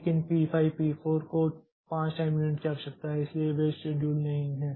लेकिन P 5 P 4 को 5 time unit की आवश्यकता है इसलिए वे शेड्यूल नहीं हैं